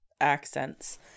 accents